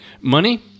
Money